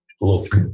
look